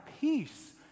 peace